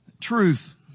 Truth